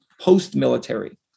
post-military